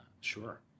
sure